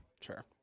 Sure